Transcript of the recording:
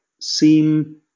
seem